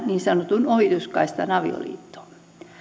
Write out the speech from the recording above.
niin sanotun ohituskaistan avioliittoon